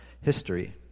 history